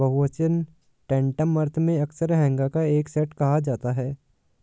बहुवचन टैंटम अर्थ में अक्सर हैगा का एक सेट कहा जाता है